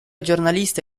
giornalista